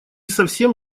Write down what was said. совсем